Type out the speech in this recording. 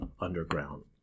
underground